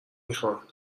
میخان